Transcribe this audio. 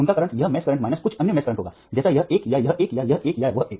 उनका करंट यह mesh current minus कुछ अन्य मेष करंट होगा जैसे यह एक या यह एक या यह एक या वह एक